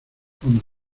fondo